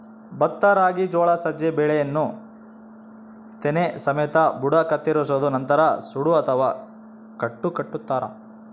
ಭತ್ತ ರಾಗಿ ಜೋಳ ಸಜ್ಜೆ ಬೆಳೆಯನ್ನು ತೆನೆ ಸಮೇತ ಬುಡ ಕತ್ತರಿಸೋದು ನಂತರ ಸೂಡು ಅಥವಾ ಕಟ್ಟು ಕಟ್ಟುತಾರ